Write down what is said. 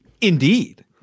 Indeed